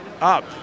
up